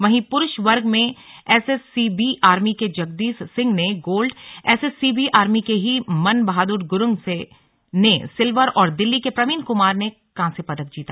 वही प्रूष वर्ग में एसएससीबी आर्मी के जगदीश सिंह ने गोल्ड एसएससीबी आर्मी के ही मनबहादुर गुरंग ने सिलवर और दिल्ली के प्रवीन क्मार ने कांस्य पदक जीता